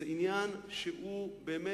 עניין שהוא באמת,